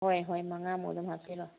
ꯍꯣꯏ ꯍꯣꯏ ꯃꯉꯥꯃꯨꯛ ꯑꯗꯨꯝ ꯍꯥꯞꯄꯤꯔꯣ